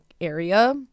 area